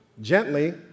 Gently